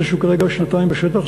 זה שהוא כרגע שנתיים בשטח,